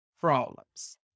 problems